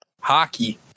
hockey